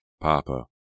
Papa